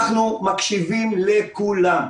אנחנו מקשיבים לכולם,